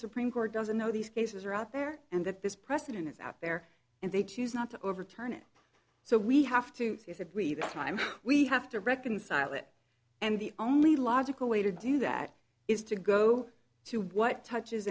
supreme court doesn't know these cases are out there and that this precedent is out there and they choose not to overturn it so we have to see if we this time we have to reconcile it and the only logical way to do that is to go to what touches